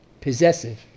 possessive